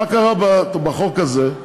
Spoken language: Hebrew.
מה קרה בחוק הזה?